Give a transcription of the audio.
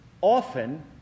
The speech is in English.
often